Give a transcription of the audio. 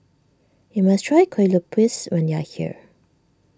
you must try Kue Lupis when you are here